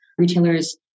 retailers